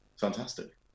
fantastic